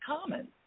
common